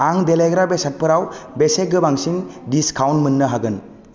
आं देलायग्रा बेसाइटफोराव बेसे गोबांसिन डिसकाउन्ट मोननो हागोन